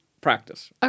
practice